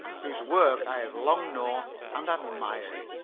whose work i had long known and admired